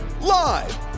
Live